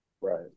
Right